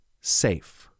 SAFE